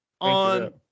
on